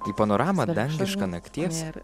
į panoramą dangišką nakties